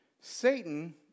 Satan